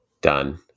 Done